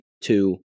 two